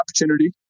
opportunity